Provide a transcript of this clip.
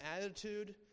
attitude